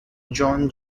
joan